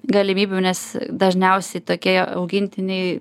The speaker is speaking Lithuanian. galimybių nes dažniausiai tokie augintiniai